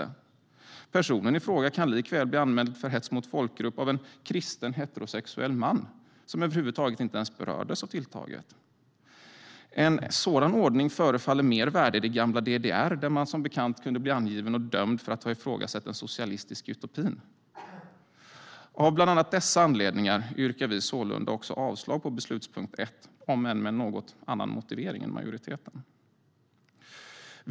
Den påstått ansvarige personen i fråga kan likväl bli anmäld för hets mot folkgrupp av en kristen heterosexuell man som inte berördes av tilltaget över huvud taget. En sådan ordning förefaller mer värdig det gamla DDR, där man som bekant kunde bli angiven och dömd för att ha ifrågasatt den socialistiska utopin. Av bland annat dessa anledningar yrkar vi avslag på förslaget i beslutspunkt 1, om än med en annan motivering än majoritetens.